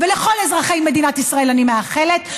ולכל אזרחי מדינת ישראל אני מאחלת,